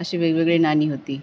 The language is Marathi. अशी वेगवेगळी नाणी होती